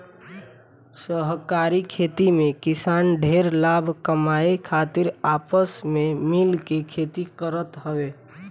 सहकारी खेती में किसान ढेर लाभ कमाए खातिर आपस में मिल के खेती करत हवे